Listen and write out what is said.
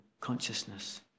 consciousness